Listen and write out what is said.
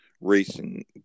racing